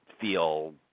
feel